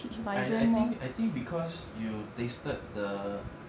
I think I think because you tasted the